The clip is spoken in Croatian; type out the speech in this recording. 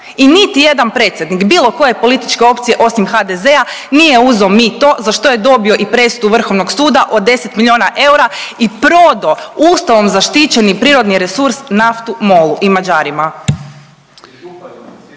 i niti jedan predsjednik bilo koje političke opcije osim HDZ-a nije uzeo mito za što je dobio i presudu Vrhovnog suda od 10 milijuna eura i prodao Ustavom zaštićeni prirodni resurs naftu MOL-u i Mađarima.